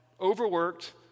overworked